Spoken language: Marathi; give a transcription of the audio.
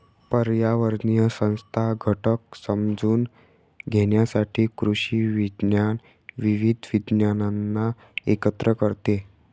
पर्यावरणीय संस्था घटक समजून घेण्यासाठी कृषी विज्ञान विविध विज्ञानांना एकत्र करते